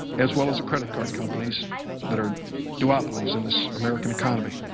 as well as the credit card companies that are duopolies in this american economy.